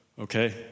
okay